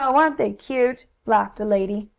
oh, aren't they cute! laughed a lady.